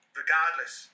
regardless